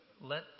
let